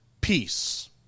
peace